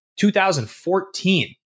2014